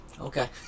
okay